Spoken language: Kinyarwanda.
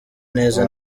neza